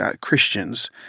Christians